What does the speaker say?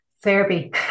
Therapy